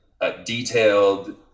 detailed